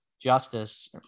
justice